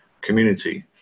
community